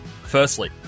Firstly